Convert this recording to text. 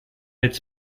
its